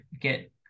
get